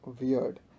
weird